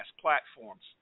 platforms